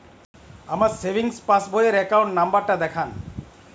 আমার সেভিংস পাসবই র অ্যাকাউন্ট নাম্বার টা দেখান?